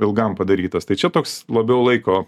ilgam padarytas tai čia toks labiau laiko